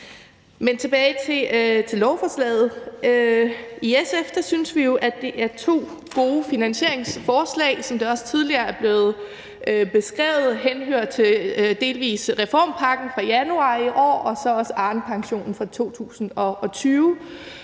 Men tilbage til lovforslaget: I SF synes vi jo, at det er to gode finansieringsforslag, som det også tidligere er blevet beskrevet, delvis henhørende til reformpakken fra januar i år og så også til Arnepensionen fra 2020.